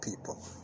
people